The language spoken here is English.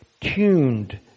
tuned